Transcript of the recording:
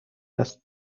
است